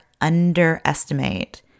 underestimate